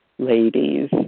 ladies